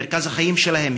מרכז החיים שלהם,